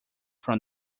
from